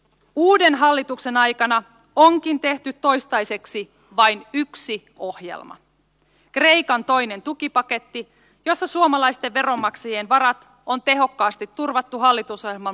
uuden hallituksen aikana onkin tehty toistaiseksi vain yksi ohjelma kreikan toinen tukipaketti jossa suomalaisten veronmaksajien varat on tehokkaasti turvattu hallitusohjelman mukaisilla vakuuksilla